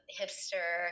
hipster